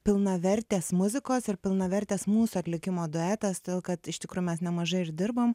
pilnavertės muzikos ir pilnavertės mūsų atlikimo duetas todėl kad iš tikro mes nemažai uždirbome